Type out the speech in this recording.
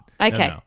Okay